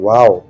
Wow